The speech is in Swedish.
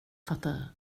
fattar